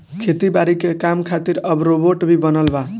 खेती बारी के काम खातिर अब रोबोट भी बनल बा